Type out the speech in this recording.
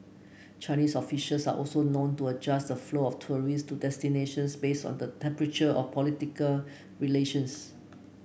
Chinese officials are also known to adjust the flow of tourist to destinations based on the temperature of political relations